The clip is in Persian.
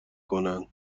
کنن